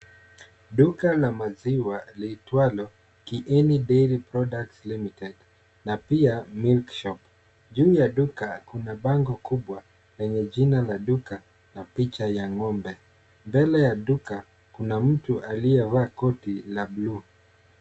Duka la maziwa liitwalo kieni daily products limited na pia milk shop . Juu ya duka kuna bango kubwa lenye jina la duka na picha ya ng'ombe. Mbele ya duka kuna mtu aliyevaa koti la blue .